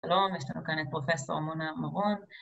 ‫שלום, יש לנו כאן את פרופ' עמונה מרון.